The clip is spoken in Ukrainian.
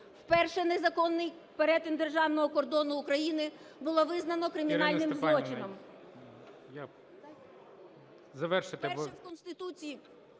вперше незаконний перетин державного кордону України було визнано кримінальним злочином…